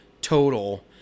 total